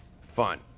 fun